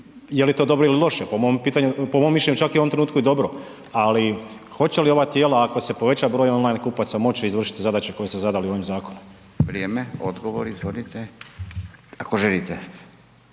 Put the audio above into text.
je li to dobro ili loše, po mom mišljenju čak je u ovom trenutku i dobro, ali hoće li ova tijela ako se poveća broj on-line kupaca moći izvršiti zadaće koje ste zadali ovim zakonom. **Radin, Furio (Nezavisni)** Vrijeme,